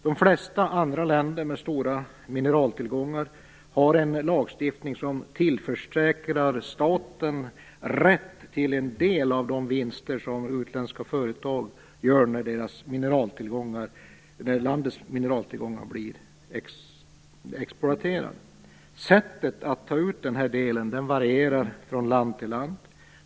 De flesta andra länder med stora mineraltillgångar har en lagstiftning som tillförsäkrar staten rätt till en del av de vinster som utländska företag gör när landets mineraltillgångar exploateras. Sättet att ta ut den här delen varierar från land till land.